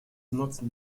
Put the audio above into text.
not